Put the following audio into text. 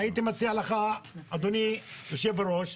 אני מציע לך, אדוני היושב-ראש,